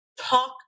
talk